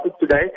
today